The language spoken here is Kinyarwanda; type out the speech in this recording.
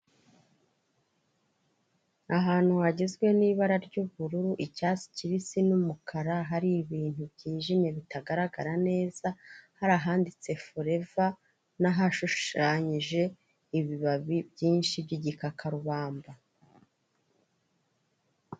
Ahantu hagizwe n'ibara ry'ubururu, icyatsi kibisi n'umukara, hari ibintu byijimye bitagaragara neza, hari ahanditse Forever n'ahashushanyije ibibabi byinshi by'igikakarubamba.